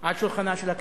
על שולחנה של הכנסת.